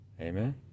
Amen